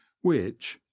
which,